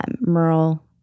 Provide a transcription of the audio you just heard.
Merle